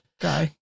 guy